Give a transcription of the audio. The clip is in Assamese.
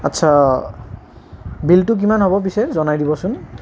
আচ্ছা বিলটো কিমান হ'ব পিছে জনাই দিবচোন